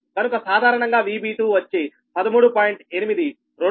కనుక సాధారణంగా VB2 వచ్చి 13